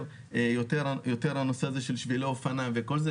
יותר הנושא של שבילי אופניים וכל זה,